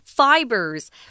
Fibers